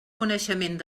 coneixement